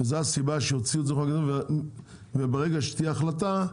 זו הסיבה שהוציאו את זה מחוק ההסדרים וברגע שתהיה החלטה,